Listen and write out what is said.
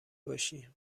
باشی